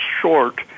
short